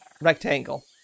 Rectangle